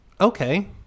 Okay